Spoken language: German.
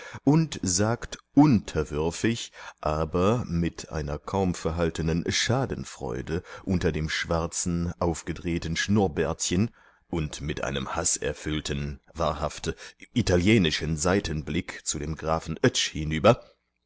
und sagt unterwürfig aber mit einer kaum verhaltenen schadenfreude unter dem schwarzen aufgedrehten schnurrbärtchen und mit einem haßerfüllten wahrhaft italienischen seitenblick zu dem grafen oetsch hinüber